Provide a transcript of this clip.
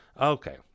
Okay